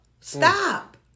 Stop